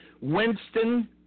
Winston